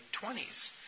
20s